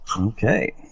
Okay